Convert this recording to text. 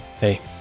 Hey